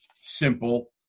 simple